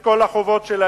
שממלאים את כל החובות שלהם.